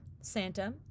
Santa